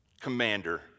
commander